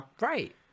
Right